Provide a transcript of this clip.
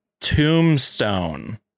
tombstone